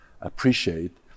appreciate